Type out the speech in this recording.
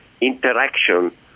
interaction